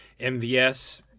MVS